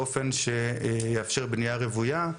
באופן שיאפשר בנייה רוויה,